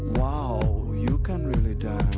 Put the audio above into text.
wow, you can really dance.